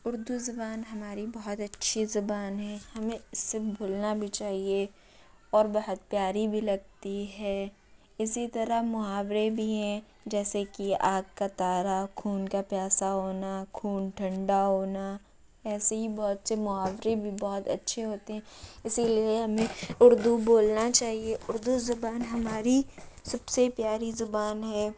اردو زبان ہماری بہت اچھی زبان ہیں ہمیں اس سے بولنا بھی چاہیے اور بہت پیاری بھی لگتی ہے اسی طرح محاورے بھی ہیں جیسے کہ آنکھ کا تارہ خون کا پیاسا ہونا خون ٹھنڈا ہونا ایسے ہی بہت سے محاورے بھی بہت اچھے ہوتے ہیں اسی لیے ہمیں اردو بولنا چاہیے اردو زبان ہماری سب سے پیاری زبان ہے